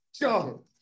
Go